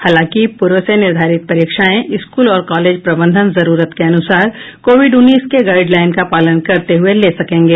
हालांकि पूर्व से निर्धारित परीक्षाएं स्कूल और कॉलेज प्रबंधन जरूरत के अनुसार कोविड उन्नीस के गाईडलाइन का पालन करते हुए ले सकेंगे